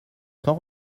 quand